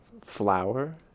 flower